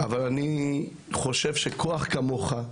אבל אני חושב שכוח כמוך,